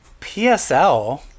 PSL